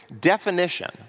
definition